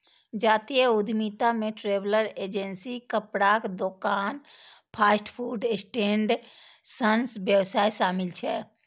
जातीय उद्यमिता मे ट्रैवल एजेंसी, कपड़ाक दोकान, फास्ट फूड स्टैंड सन व्यवसाय शामिल छै